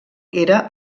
era